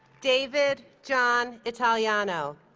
david john italiano